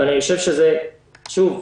שוב,